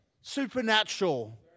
supernatural